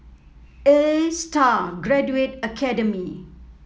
A Star Graduate Academy